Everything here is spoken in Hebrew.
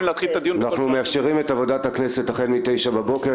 להתחיל את הדיון --- אנחנו מאפשרים את עבודת הכנסת החל מ-9:00 בבוקר.